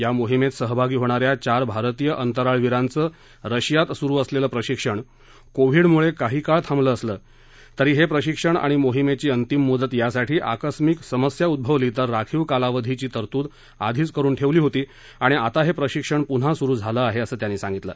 या मोहिमत सहभागी होणाऱ्या चार भारतीय अंतराळवीरांचं रशियात सुरु असलत्त प्रशिक्षण कोव्हीड मुळक्काही काळ थांबलं असलं तरी हप्रिशिक्षण आणि मोहीमधीं अंतिम मुदत यासाठी आकस्मिक समस्या उद्भवली तर राखीव कालावधीची तरतूद आधीच करुन ठक्की होती आणि आता हप्रिशिक्षण पुन्हा सुरु झालं आहअिसं त्यांनी सांगितलं